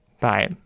Bye